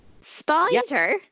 Spider